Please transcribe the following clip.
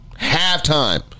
halftime